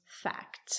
fact